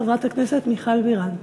חברת הכנסת מיכל בירן.